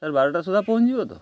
sir ବାରଟା ସୁଧା ପହଞ୍ଚି ଯିବ ତ